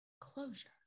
closure